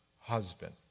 husband